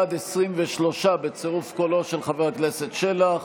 אם כן, בעד, 23, בצירוף קולו של חבר הכנסת שלח,